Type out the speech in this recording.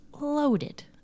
loaded